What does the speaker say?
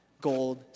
Gold